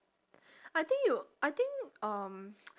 I think you I think um